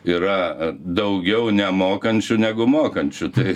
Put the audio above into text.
yra daugiau nemokančių negu mokančių tai